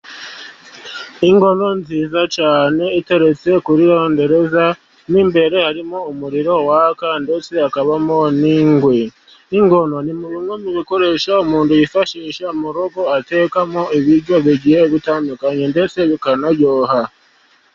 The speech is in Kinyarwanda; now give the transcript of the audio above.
Inkono nziza cyane , iteretse kuri rondereza, imbere harimo umuriro waka munsi hakabamo inkwi , inkono ni kimwe mu bikoresho umuntu yifashisha mu rugo, atekamo ibiryo bigiye bitandukanye ndetse bikanaryoha.